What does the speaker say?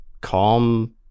calm